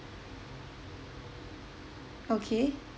okay